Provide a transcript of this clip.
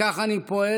וכך אני פועל,